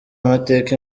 amateka